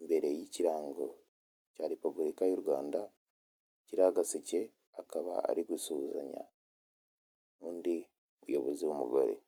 imbere y'ikirango cya Repubulika y'u Rwanda kiriho agaseke akaba ari gusuhuzanya undi muyobozi w'umugore.